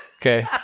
Okay